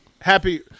Happy